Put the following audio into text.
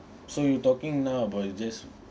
so you talking now about just